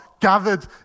gathered